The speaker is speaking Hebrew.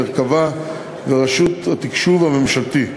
מרכב"ה ורשות התקשוב הממשלתית,